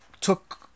took